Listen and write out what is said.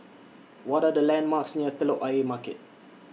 What Are The landmarks near Telok Ayer Market